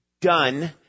done